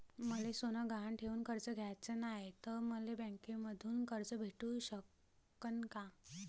मले सोनं गहान ठेवून कर्ज घ्याचं नाय, त मले बँकेमधून कर्ज भेटू शकन का?